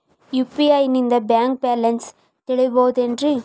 UPI ನಿಂದ bank balance ತಿಳಿಬಹುದೇನ್ರಿ?